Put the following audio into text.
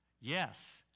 Yes